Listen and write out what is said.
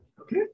Okay